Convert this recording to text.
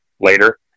later